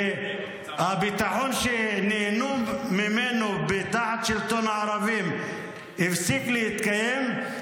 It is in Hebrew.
והביטחון שנהנו ממנו תחת שלטון הערבים הפסיק להתקיים,